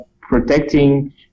protecting